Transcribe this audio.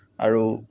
আৰু